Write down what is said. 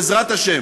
בעזרת השם